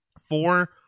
Four